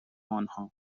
آنها